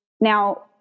now